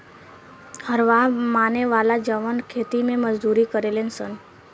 हरवाह माने होला जवन खेती मे मजदूरी करेले सन